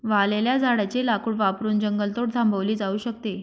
वाळलेल्या झाडाचे लाकूड वापरून जंगलतोड थांबवली जाऊ शकते